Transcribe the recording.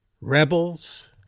Rebels